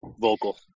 vocal